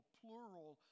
plural